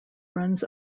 runs